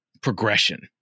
progression